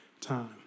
time